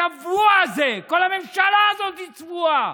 הצבוע הזה, כל הממשלה הזאת היא צבועה.